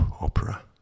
opera